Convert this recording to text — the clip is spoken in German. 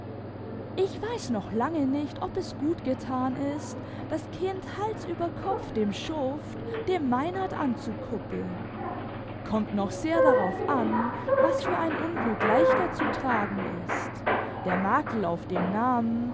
ich weiß noch lange nicht ob es gt getan ist das kind hals über kopf dem schuft dem meinert anzukuppeln kommt noch sehr darauf an was für ein unglück leichter zu tragen ist der makel auf dem namen